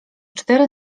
cztery